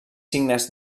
signes